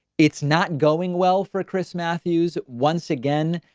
it's not going well for chris matthews. once again,